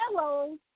hello